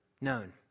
known